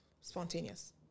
spontaneous